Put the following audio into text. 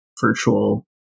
virtual